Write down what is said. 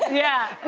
yeah.